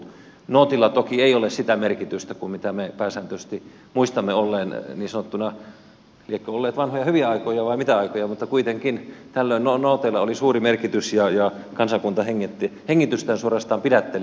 nootilla toki ei ole sitä merkitystä kuin me pääsääntöisesti muistamme olleen niin sanottuina liekö olleet vanhoja hyviä aikoja vai mitä aikoja mutta kuitenkin tuolloin nooteilla oli suuri merkitys ja kansakunta hengitystään suorastaan pidätteli